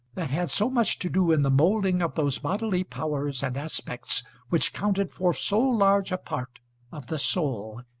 that had so much to do in the moulding of those bodily powers and aspects which counted for so large a part of the soul,